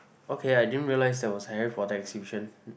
okay I didn't realize there was a Harry-Potter exhibition